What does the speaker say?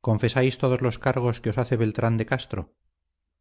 confesáis todos los cargos que os hace beltrán de castro